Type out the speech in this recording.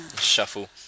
Shuffle